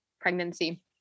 pregnancy